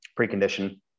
precondition